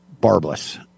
barbless